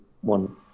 one